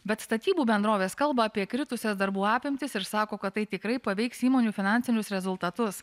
bet statybų bendrovės kalba apie kritusias darbų apimtis ir sako kad tai tikrai paveiks įmonių finansinius rezultatus